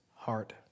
heart